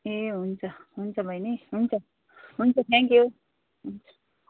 ए हुन्छ हुन्छ बैनी हुन्छ हुन्छ थ्याङ्क्यु हुन्छ